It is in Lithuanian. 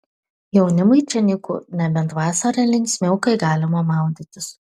jaunimui čia nyku nebent vasarą linksmiau kai galima maudytis